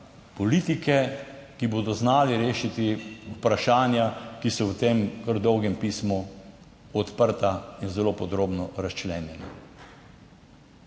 politike, ki bodo znali rešiti vprašanja, ki so v tem kar dolgem pismu odprta in zelo podrobno razčlenjena.